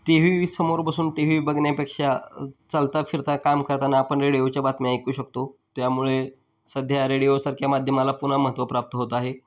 T व्हीसमोर बसून T V बघण्यापेक्षा चालता फिरता काम करताना आपण रेडिओच्या बातम्या ऐकू शकतो त्यामुळे सध्या रेडिओसारख्या माध्यमाला पुन्हा महत्त्व प्राप्त होत आहे